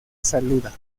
saluda